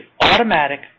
automatic